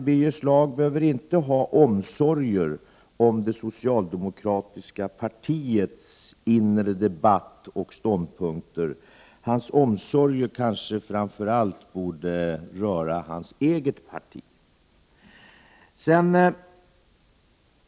Birger Schlaug behöver inte ha omsorger om det socialdemokratiska partiets inre debatt och ståndpunkter. Hans omsorger kanske framför allt borde röra hans eget parti.